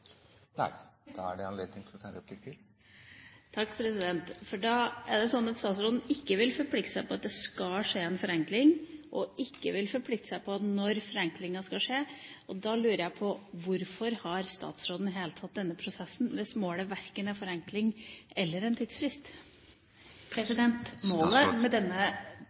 ta en replikk til, president? Ja, det er det anledning til. Takk. Er det sånn at statsråden ikke vil forplikte seg på at det skal skje en forenkling, og ikke vil forplikte seg på når forenklingen skal skje? Da lurer jeg på: Hvorfor har statsråden i det hele tatt denne prosessen hvis målet verken er forenkling eller en tidsfrist? Målet med denne